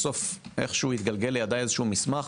בסוף איכשהו התגלגל לידיי מסמך